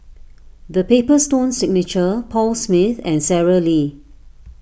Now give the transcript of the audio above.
the Paper Stone Signature Paul Smith and Sara Lee